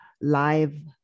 live